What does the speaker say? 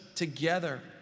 together